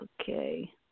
Okay